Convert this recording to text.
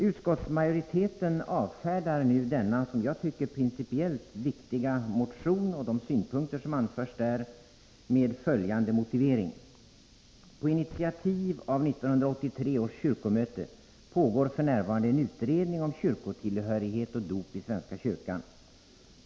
Utskottsmajoriteten avfärdar nu denna som jag tycker principellt viktiga motion och de synpunkter som anförts där med följande motivering: ”På initiativ av 1983 års kyrkomöte pågår f. n. en utredning om kyrkotillhörighet och dop i svenska kyrkan.